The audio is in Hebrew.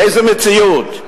באיזו מציאות?